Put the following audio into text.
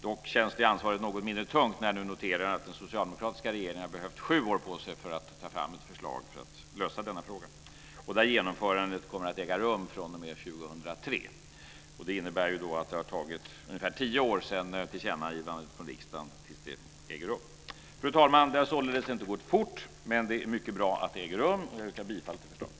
Dock känns det ansvaret något mindre tungt när jag nu noterar att den socialdemokratiska regeringen har behövt sju år på sig för att ta fram ett förslag till lösning av denna fråga och där genomförandet kommer att äga rum fr.o.m. 2003. Det innebär att det har tagit ungefär tio år sedan tillkännagivandet från riksdagen tills det genomförs. Fru talman! Det har således inte gått fort, men det är mycket bra att det äger rum. Jag yrkar bifall till förslaget.